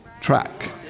track